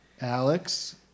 Alex